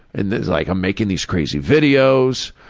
and it's like i'm making these crazy videos.